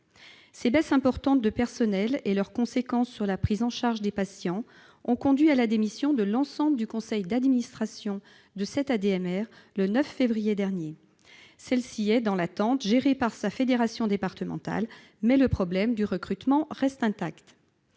Ces baisses importantes de personnels et leurs conséquences sur la prise en charge des patients ont conduit à la démission de l'ensemble du conseil d'administration de cette antenne du réseau ADMR le 9 février dernier. Celle-ci est, dans l'attente, gérée par sa fédération départementale, mais le problème du recrutement reste intact.